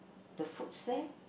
the foods there